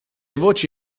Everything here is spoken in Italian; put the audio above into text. voci